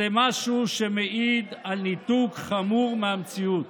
זה משהו שמעיד על ניתוק חמור מהמציאות.